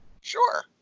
Sure